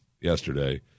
yesterday